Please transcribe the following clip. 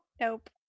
Nope